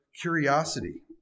curiosity